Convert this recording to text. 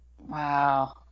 Wow